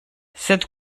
sed